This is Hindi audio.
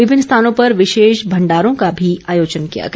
विभिन्न स्थानों पर विशेष भंडारों का भी आयोजन किया गया